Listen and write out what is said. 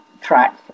track